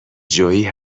جویی